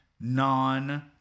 non